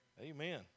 Amen